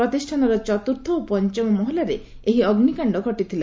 ପ୍ରତିଷ୍ଠାନର ଚତୁର୍ଥ ଓ ପଞ୍ଚମ ମହଲାରେ ଏହି ଅଗ୍ନିକାଶ୍ଡ ଘଟିଥିଲା